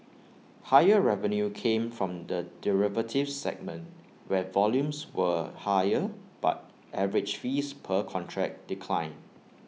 higher revenue came from the derivatives segment where volumes were higher but average fees per contract declined